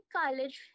college